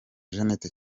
jeannette